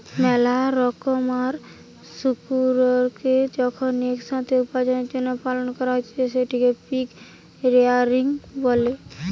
মেলা রোকমকার শুকুরকে যখন এক সাথে উপার্জনের জন্য পালন করা হতিছে সেটকে পিগ রেয়ারিং বলে